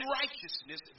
righteousness